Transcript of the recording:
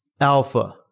alpha